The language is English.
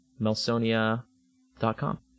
melsonia.com